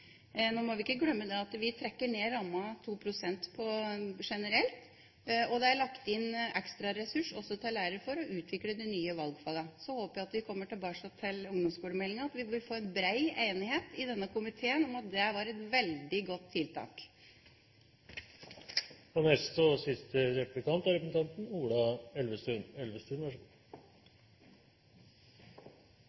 Nå må vi ikke glemme at vi trekker ned ramma 2 pst. generelt, og det er lagt inn ekstraressurs også for å utvikle de nye valgfagene. Så håper jeg at vi, når vi kommer tilbake til ungdomsskolemeldinga, vil få bred enighet i denne komiteen om at det var et veldig godt tiltak.